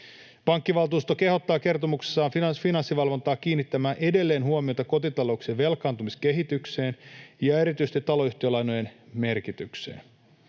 Pankkivaltuusto kehottaa kertomuksessaan Finanssivalvontaa kiinnittämään edelleen huomiota kotitalouksien velkaantumiskehitykseen ja erityisesti taloyhtiölainojen merkitykseen.